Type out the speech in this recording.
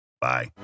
Bye